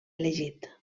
elegit